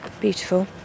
beautiful